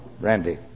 Randy